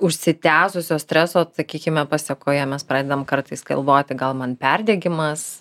užsitęsusio streso sakykime pasekoje mes pradedam kartais galvoti gal man perdegimas